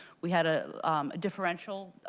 we had a differential,